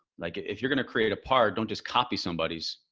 like if you're going to create a part, don't just copy somebody's,